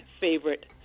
favorite